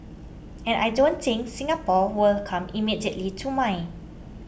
and I don't think Singapore will come immediately to mind